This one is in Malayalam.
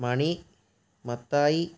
മണി മത്തായി